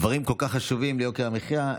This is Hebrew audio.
דברים כל כך חשובים ליוקר המחיה.